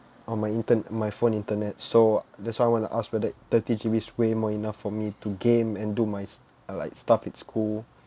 on my inter~ my phone internet so that's why I want to ask whether thirty G_B is way more enough for me to game and do my uh like stuff at school